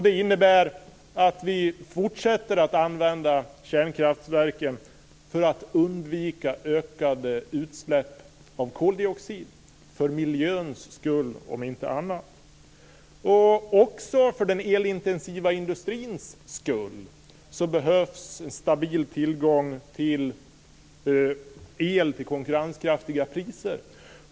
Det innebär att vi fortsätter att använda kärnkraftverken för att undvika ökade utsläpp av koldioxid - för miljöns skull om inte annat. Också för den elintensiva industrins skull behövs stabil tillgång på el till konkurrenskraftiga priser.